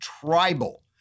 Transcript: tribal